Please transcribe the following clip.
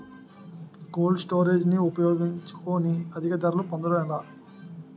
Cold storage ని ఉపయోగించుకొని అధిక ధరలు పొందడం ఎలా?